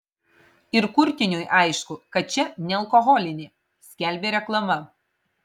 ir kurtiniui aišku kad čia nealkoholinė skelbė reklama